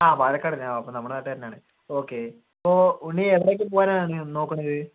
ആ പാലക്കാടല്ലെ ഓ അപ്പോൾ നമ്മുടെ നാട്ടുകാരനാണ് ഓക്കെ അപ്പോൾ ഉണ്ണി എവിടേക്ക് പോകാനാണ് നോക്കുന്നത്